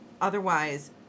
Otherwise